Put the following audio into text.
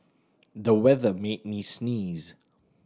the weather made me sneeze